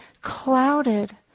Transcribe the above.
clouded